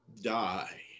die